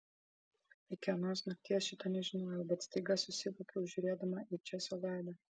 iki anos nakties šito nežinojau bet staiga susivokiau žiūrėdama į česo veidą